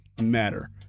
matter